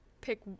pick